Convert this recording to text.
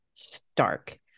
Stark